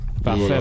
Parfait